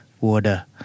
water